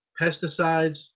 pesticides